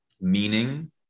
meaning